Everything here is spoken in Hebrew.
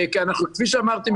כי כפי שאמרתי,